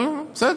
אבל בסדר,